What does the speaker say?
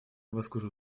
выскажу